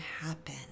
happen